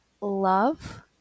love